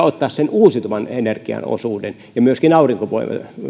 ottaa sen uusiutuvan energian osuuden ja myöskin aurinkovoiman hinta